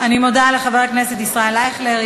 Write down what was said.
אני מודה לחבר הכנסת ישראל אייכלר.